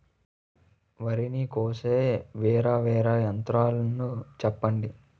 వరి ని కోసే వేరా వేరా యంత్రాలు చెప్పండి?